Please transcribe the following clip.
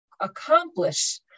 accomplish